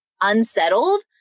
unsettled